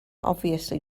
obviously